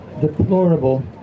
deplorable